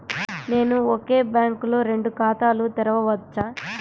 నేను ఒకే బ్యాంకులో రెండు ఖాతాలు తెరవవచ్చా?